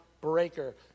breaker